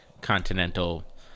continental